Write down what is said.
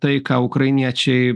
tai ką ukrainiečiai